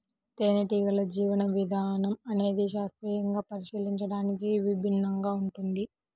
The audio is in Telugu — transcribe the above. తేనెటీగల జీవన విధానం అనేది శాస్త్రీయంగా పరిశీలించడానికి విభిన్నంగా ఉంటుంది